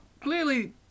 clearly